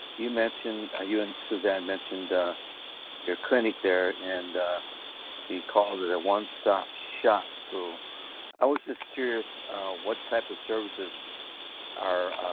you mentioned, ah you and suzanne mentioned your clinic there and called it a one-stop-shop, so i was just curious what type of services are,